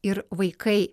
ir vaikai